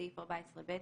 (6)בסעיף 14ב,